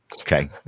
Okay